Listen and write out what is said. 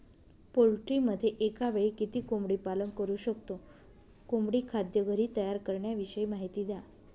पोल्ट्रीमध्ये एकावेळी किती कोंबडी पालन करु शकतो? कोंबडी खाद्य घरी तयार करण्याविषयी माहिती द्या